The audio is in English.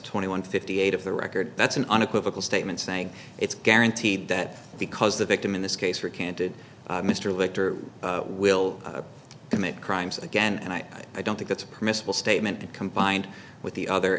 twenty one fifty eight of the record that's an unequivocal statement saying it's guaranteed that because the victim in this case recanted mr lichter will commit crimes again and i i don't think that's permissible statement combined with the other